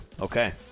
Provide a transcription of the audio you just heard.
Okay